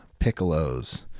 piccolos